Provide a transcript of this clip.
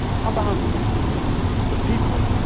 how about the people?